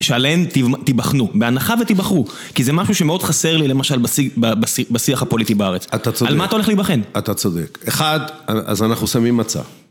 שעליהן תיבחנו, בהנחה ותיבחרו, כי זה משהו שמאוד חסר לי למשל בשיח הפוליטי בארץ. אתה צודק. על מה אתה הולך להיבחן? אתה צודק. אחד, אז אנחנו שמים מצע.